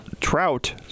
trout